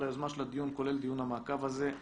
היוזמה של הדיון כולל דיון המעקב הזה.